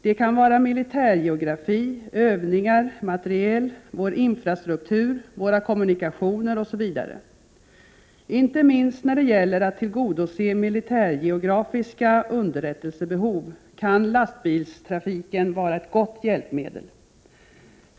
Det kan vara militärgeografi, övningar, materiel, vår infrastruktur, våra kommunikationer osv. Inte minst när det gäller att tillgodose militärgeografiska underrättelsebehov kan lastbilstrafiken vara ett gott hjälpmedel.